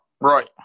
right